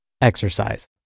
Exercise